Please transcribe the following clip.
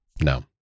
no